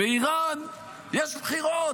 באיראן יש בחירות,